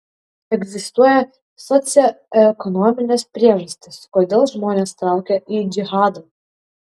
egzistuoja socioekonominės priežastys kodėl žmonės traukia į džihadą